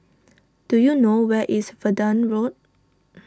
do you know where is Verdun Road